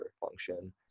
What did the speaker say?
function